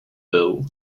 bill